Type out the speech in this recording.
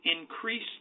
increase